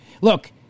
Look